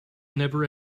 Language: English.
never